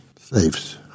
safes